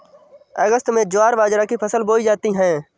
अगस्त में ज्वार बाजरा की फसल बोई जाती हैं